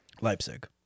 Leipzig